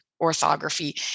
orthography